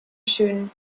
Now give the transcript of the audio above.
schön